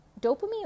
dopamine